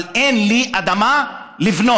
אבל אין לי אדמה לבנות.